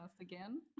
again